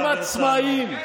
הם עצמאים.